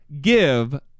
give